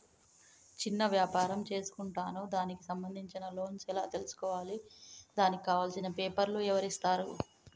చిన్న వ్యాపారం చేసుకుంటాను దానికి సంబంధించిన లోన్స్ ఎలా తెలుసుకోవాలి దానికి కావాల్సిన పేపర్లు ఎవరిస్తారు?